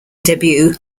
debut